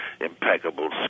impeccable